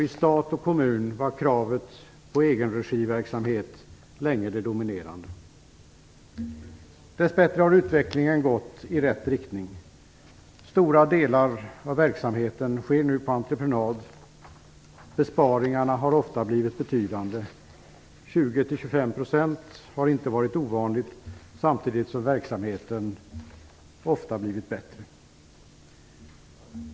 I stat och kommun var kravet på verksamhet i egen regi länge dominerade. Dess bättre har utvecklingen gått i rätt riktning. Stora delar av verksamheten sker nu på entreprenad. Besparingarna har ofta blivit betydande - 20-25 % har inte varit ovanligt - samtidigt som verksamheten ofta har blivit bättre.